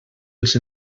els